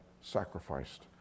sacrificed